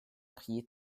prier